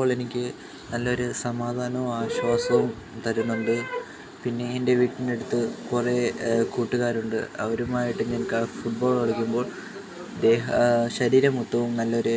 അപ്പോളെനിക്ക് നല്ലൊരു സമാധാനോം ആശ്വാസോം തരുന്നുണ്ട് പിന്നെ എൻ്റെ വീടിനടുത്ത് കുറെ കൂട്ടുകാരുണ്ട് അവരുമായിട്ട് ഞാൻ ഫുട്ബോള് കളിക്കുമ്പോൾ ദേഹം ശരീരം മൊത്തോം നല്ലൊരു